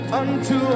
unto